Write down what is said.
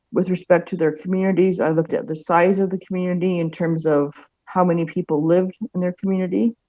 with respect to their communities, i looked at the size of the community in terms of how many people lived in their community.